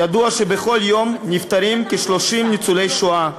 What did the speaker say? ידוע שבכל יום נפטרים כ-30 ניצולי שואה,